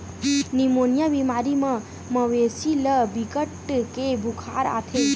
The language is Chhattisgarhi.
निमोनिया बेमारी म मवेशी ल बिकट के बुखार आथे